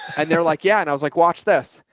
and they're like, yeah. and i was like, watch this.